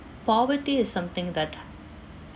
poverty is something that